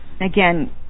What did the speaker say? again